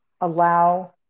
allow